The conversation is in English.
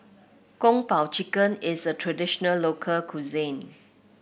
Kung Po Chicken is a traditional local cuisine